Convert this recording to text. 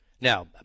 Now